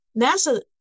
NASA